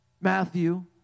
Matthew